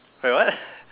wait what